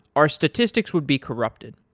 our statistics would be corrupted.